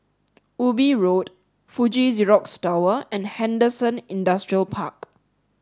Ubi Road Fuji Xerox Tower and Henderson Industrial Park